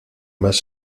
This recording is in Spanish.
más